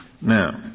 Now